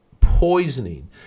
poisoning